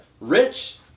Rich